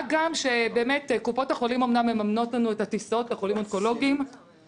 מה גם שבאמת קופות החולים אומנם מממנות לחולים אונקולוגיים את הטיסות,